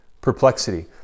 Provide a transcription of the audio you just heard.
perplexity